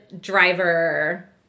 driver